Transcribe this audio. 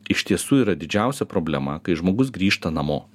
iš tiesų yra didžiausia problema kai žmogus grįžta namo